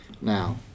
now